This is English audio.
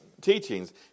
teachings